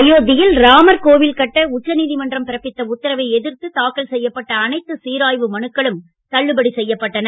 அயோத்தியில் ராமர் கோவில் கட்ட உச்ச நீதிமன்றம் பிறப்பித்த உத்தரவை எதிர்த்து தாக்கல் செய்யப்பட்ட அனைத்து சீராய்வு மனுக்களும் தள்ளுபடி செய்யப்பட்டன